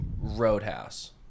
Roadhouse